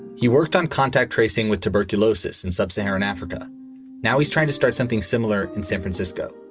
he worked on contact tracing with tuberculosis in sub-saharan africa now he's trying to start something similar in san francisco.